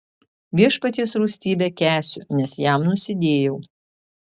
viešpaties rūstybę kęsiu nes jam nusidėjau